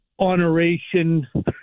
honoration